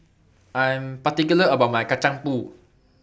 I Am particular about My Kacang Pool